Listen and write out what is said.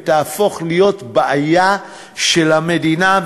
ותהפוך להיות בעיה של המדינה,